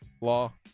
law